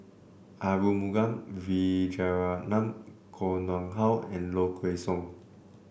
Arumugam Vijiaratnam Koh Nguang How and Low Kway Song